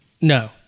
No